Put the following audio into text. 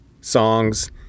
songs